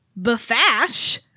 Bafash